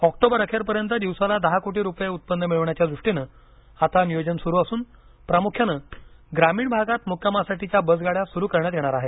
October अखेरपर्यंत दिवसाला दहा कोटी रुपये उत्पन्न मिळविण्याच्या दृष्टीनं आता नियोजन सुरू असून प्रामुख्यानं ग्रामीण भागात मुक्कामासाठीच्या बसगाड्या सुरु करण्यात येणार आहेत